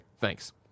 Thanks